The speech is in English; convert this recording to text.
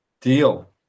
deal